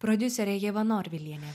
prodiuserė ieva norvilienė